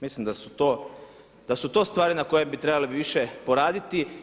Mislim da su to stvari na kojima bi trebali više poraditi.